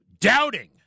doubting